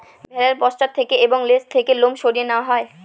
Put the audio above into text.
ভেড়ার পশ্চাৎ থেকে এবং লেজ থেকে লোম সরিয়ে নেওয়া হয়